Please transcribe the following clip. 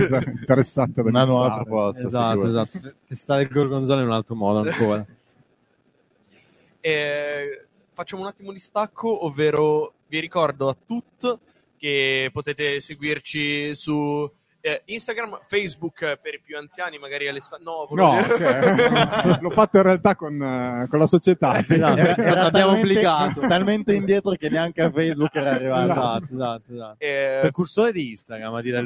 Interessante da pensare. Una nuova proposta, Esatto, sicuro. esatto. Testare il gorgonzola in un altro modo ancora. Eh, facciamo un attimo di stacco, ovvero vi ricordo a tutti che potete seguirci su, eh, Instagram, Facebook, per i più anziani, magari Alessa- no, volevo No, dire- cioè, l'ho fatto in realtà con, eh, con la società. Esatto, Era- era talmente- abbiamo obbligato. talmente indietro che neanche a Facebook era arrivato. Esatto. Esatto, esatto, esatto. Eh, Precursore di Instagram, a dire la